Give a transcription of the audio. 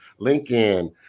LinkedIn